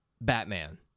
Batman